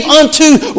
unto